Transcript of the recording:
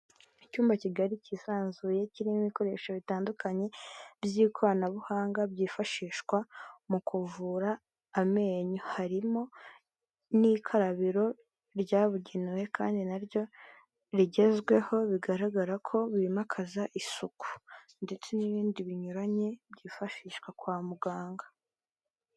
Icyumba kigali kisanzuye kirimo ibikoresho bitandukanye by'ikoranabuhanga byifashishwa mu kuvura amenyo, harimo n'ikarabiro ryabugenewe kandi naryo rigezweho bigaragara ko bimakaza isuku, ndetse n'ibindi binyuranye byifashishwa kwa muganga.